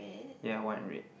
ya one in red